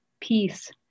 peace